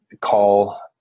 call